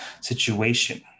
situation